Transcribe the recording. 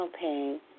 pain